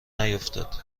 نیفتاد